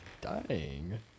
Dying